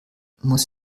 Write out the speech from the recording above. muss